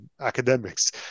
academics